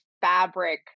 fabric